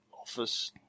office